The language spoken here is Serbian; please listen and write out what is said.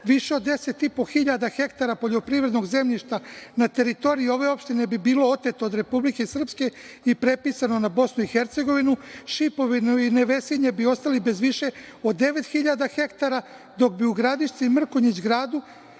više od 10.500 hektara poljoprivrednog zemljišta na teritoriji ove opštine bi bilo oteto od Republike Srpske i prepisano na BiH, Šipovo i Nevesinje bi ostali bez više od 9.000 hektara, dok bi u Gradišci i Mrkonjić Gradu